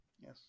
Yes